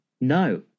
No